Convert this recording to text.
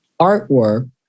artwork